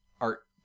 art